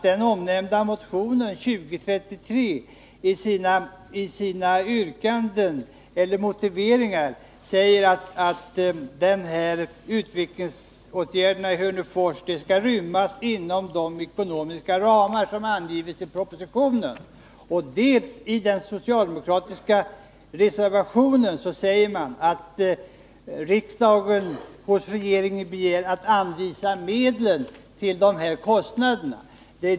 I den omnämnda motionen 2033 sägs det i motiveringen att åtgärderna för utveckling av Hörnefors skall rymmas inom de ekonomiska ramar som anges i propositionen. I den socialdemokratiska reservationen säger man emellertid att riksdagen hos regeringen bör begära att det skall anvisas pengar för merkostnaderna.